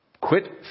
Quit